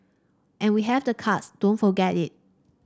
and we have the cards don't forget it